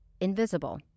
invisible